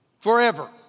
Forever